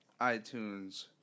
iTunes